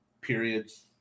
periods